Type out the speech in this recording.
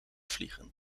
vliegen